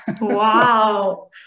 wow